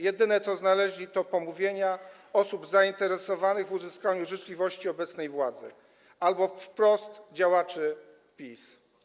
Jedyne, co znaleźli, to pomówienia osób zainteresowanych w uzyskaniu życzliwości obecnej władzy albo wprost działaczy PiS.